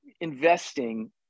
investing